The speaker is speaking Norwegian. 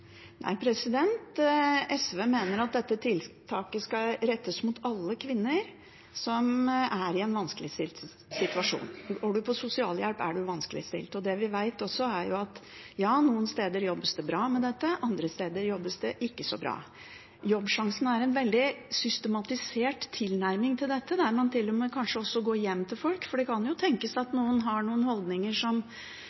SV mener at dette tiltaket skal rettes mot alle kvinner som er i en vanskelig situasjon. Går man på sosialhjelp, er man vanskeligstilt. Det vi også vet, er at noen steder jobbes det bra med dette, andre steder jobbes det ikke så bra. Jobbsjansen er en veldig systematisert tilnærming til dette, der man til og med kanskje går hjem til folk, for det kan jo tenkes at